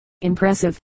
impressive